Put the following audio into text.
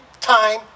time